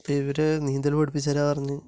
ഇത് ഇവര് നീന്തല് പഠിപ്പിച്ചു തരാമെന്ന് പറഞ്ഞു